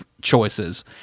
choices